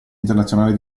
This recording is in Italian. internazionale